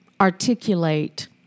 articulate